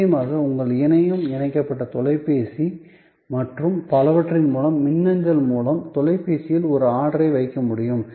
நிச்சயமாக உங்கள் இணையம் இயக்கப்பட்ட தொலைபேசி மற்றும் பலவற்றின் மூலம் மின்னஞ்சல் மூலம் தொலைபேசியில் ஒரு ஆர்டரை வைக்க முடியும்